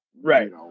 Right